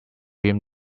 him